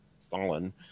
Stalin